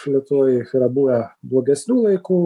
lietuvoj yra buvę blogesnių laikų